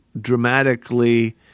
dramatically